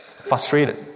frustrated